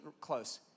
close